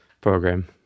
Program